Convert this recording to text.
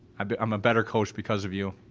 i'm a better coach because of you.